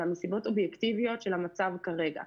אלא מסיבות אובייקטיביות של המצב כרגע.